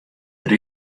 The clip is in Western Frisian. der